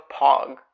Pog